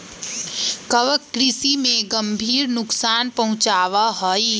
कवक कृषि में गंभीर नुकसान पहुंचावा हई